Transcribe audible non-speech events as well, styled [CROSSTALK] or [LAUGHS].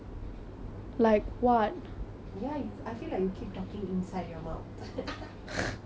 ya I feel like you keep talking inside your mouth [LAUGHS]